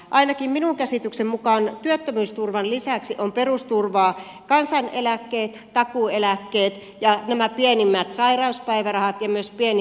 ainakin minun käsitykseni mukaan työttömyysturvan lisäksi ovat perusturvaa kansaneläkkeet takuu eläkkeet ja nämä pienimmät sairauspäivärahat ja myös pienimmät vanhempainpäivärahat